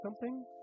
something